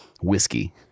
whiskey